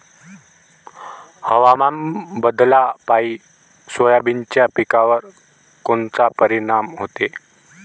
हवामान बदलापायी सोयाबीनच्या पिकावर कोनचा परिणाम होते?